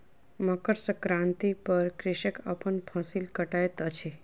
मकर संक्रांति पर कृषक अपन फसिल कटैत अछि